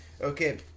Okay